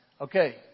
Okay